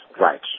right